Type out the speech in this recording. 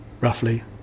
roughly